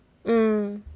mm